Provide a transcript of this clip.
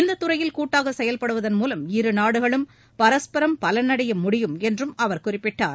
இந்த துறையில் கூட்டாக செயல்படுவதள் மூலம் இருநாடுகளும் பரஸ்பரம் பலனடைய முடியும் என்றும் அவர் குறிப்பிட்டார்